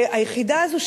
היחידה הזו,